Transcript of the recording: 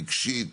רגשית,